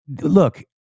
Look